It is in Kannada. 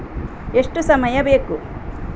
ಎಷ್ಟು ಸಮಯ ಬೇಕು?